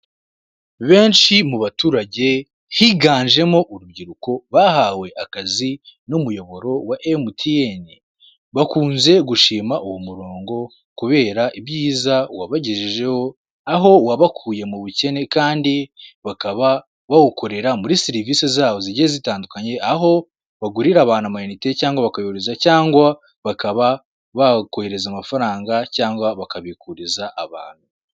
Benshi mu baturage higanjemo urubyiruko bahawe akazi n'umuyoboro wa MTN, bakunze gushima uwo murongo kubera ibyiza wabagejejeho, aho wabakuye mu bukene kandi bakaba bawukorera muri serivisi zawo zigiye zitandukanye aho bagurira abantu amayinite cyangwa bakayohereza cyangwa bakaba bakohereza amafaranga cyangwa bakabikuriza abantu.